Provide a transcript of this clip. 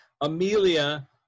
Amelia